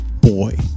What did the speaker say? boy